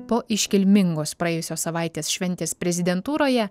po iškilmingos praėjusios savaitės šventės prezidentūroje